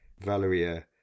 valeria